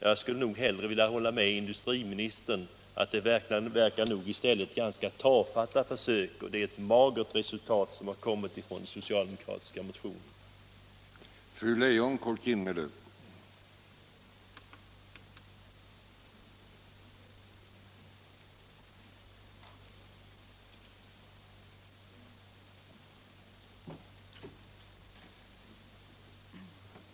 Jag skulle nog hellre vilja hålla med industriministern om att det i stället verkar vara ganska tafatta försök och att det blivit ett magert resultat av det socialdemokratiska motionsarbetet.